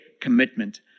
commitment